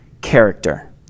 character